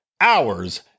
hours